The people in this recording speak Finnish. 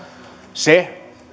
se